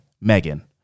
Megan